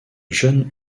jeune